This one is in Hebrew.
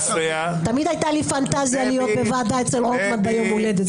תמיד הייתה לי פנטזיה להיות בוועדה אצל רוטמן ביום הולדת.